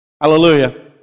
Hallelujah